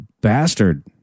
bastard